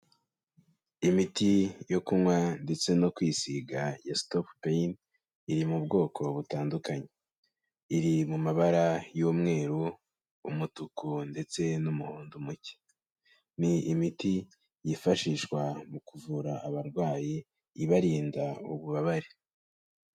Imiti yo kunywa ndetse no kwisiga ya Stopain iri mu bwoko butandukanye, iri mu mabara y'umweru, umutuku, ndetse n'umuhondo muke, ni imiti yifashishwa mu kuvura abarwayi ibarinda ububabare.